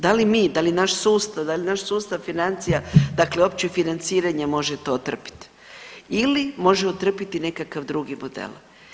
Da li mi, da li naš sustav, da li naš sustav financija, dakle opće financiranja može to otrpiti ili može otrpiti nekakav drugi model?